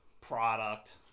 product